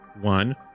One